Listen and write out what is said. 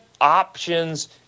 options